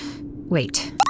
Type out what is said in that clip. wait